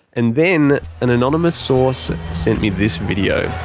and then an anonymous source, sent me this video.